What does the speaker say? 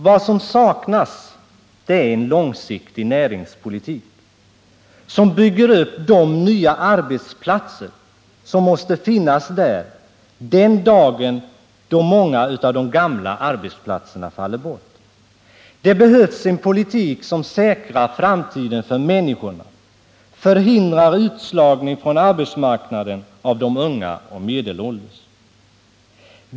Vad som saknas är en långsiktig näringspolitik, som bygger upp de nya arbetsplatser som måste finnas där den dag när många av de gamla arbetsplatserna faller bort. Det behövs en politik som säkrar framtiden för människorna och förhindrar utslagning från arbetsmarknaden av de unga och medelålders.